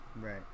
right